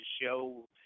show